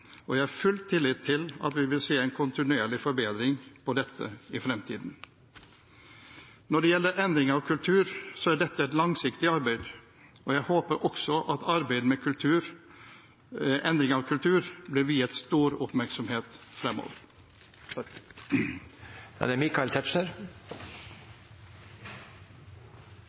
Jeg har full tillit til at vi vil se en kontinuerlig forbedring på dette i fremtiden. Når det gjelder endring av kultur, er dette et langsiktig arbeid, og jeg håper også at arbeidet med endring av kultur blir viet stor oppmerksomhet fremover. Vi er på slutten av debatten. Det